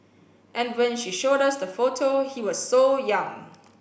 and when she showed us the photo he was so young